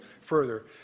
further